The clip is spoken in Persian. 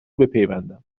بپیوندم